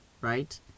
right